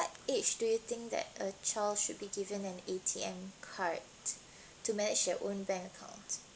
age do you think that a child should be given an A_T_M card to manage their own bank account